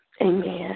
Amen